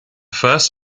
first